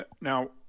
Now